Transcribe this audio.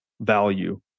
value